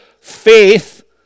faith